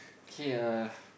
K uh